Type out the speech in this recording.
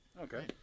Okay